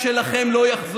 במיוחד